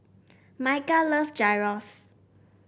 Micah love Gyros